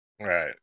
Right